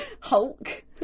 Hulk